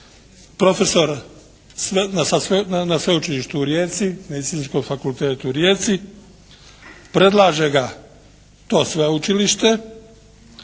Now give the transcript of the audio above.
profesor na Sveučilištu u Rijeci, Medicinskom fakultetu u Rijeci. Predlaže ga to Sveučilište.